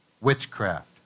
witchcraft